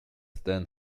than